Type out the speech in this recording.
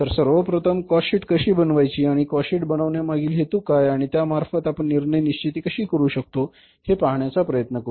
तर सर्वप्रथम cost sheet कशी बनवायची आणि कॉस्ट शीट बनवण्यामागील हेतू काय आणि त्या मार्फत आपण निर्णय निश्चिती कशी करू शकतो हे पाहण्याचा प्रयत्न करू